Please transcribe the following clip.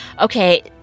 Okay